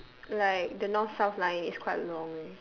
like the north south line is quite long eh